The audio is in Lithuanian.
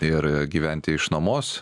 ir gyventi iš nuomos